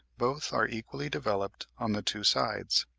both are equally developed on the two sides.